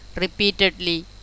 repeatedly